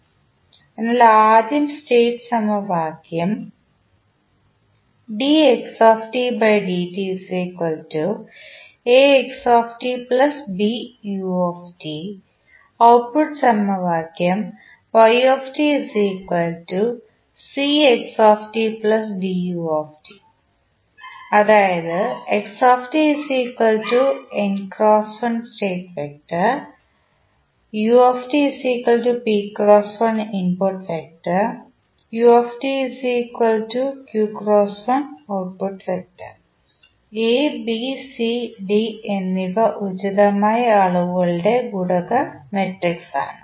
അതിനാൽ ആദ്യം സ്റ്റേറ്റ് സമവാക്യം ഔട്ട്പുട്ട് സമവാക്യം അതായത് എ ബി സി ഡി എന്നിവ ഉചിതമായ അളവുകളുടെ ഗുണക മാട്രിക്സാണ്